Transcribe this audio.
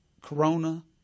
corona